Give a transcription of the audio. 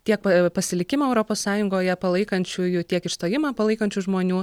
tiek pa pasilikimą europos sąjungoje palaikančiųjų tiek išstojimą palaikančių žmonių